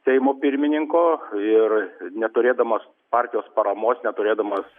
seimo pirmininko ir neturėdamas partijos paramos neturėdamas